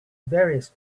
various